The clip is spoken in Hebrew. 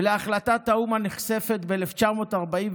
ולהחלטת האו"ם הנכספת ב-1947,